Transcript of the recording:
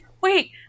wait